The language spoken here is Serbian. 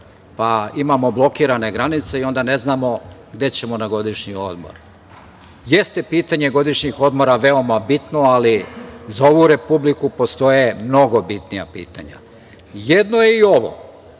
pa imamo blokirane granice i onda ne znamo gde ćemo na godišnji odmor. Jeste pitanje godišnjih odmora veoma bitno, ali za ovu Republiku postoje mnogo bitnija pitanja. Jedno je i ovo.